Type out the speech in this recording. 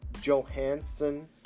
Johansson